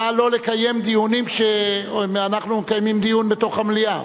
נא לא לקיים דיונים כשאנחנו מקיימים דיון בתוך המליאה.